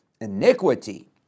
iniquity